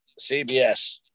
CBS